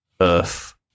Earth